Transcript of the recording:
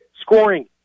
Scoring